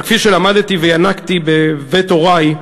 אבל כפי שלמדתי וינקתי בבית הורי,